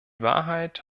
wahrheit